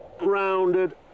Rounded